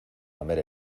lamer